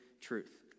truth